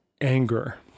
anger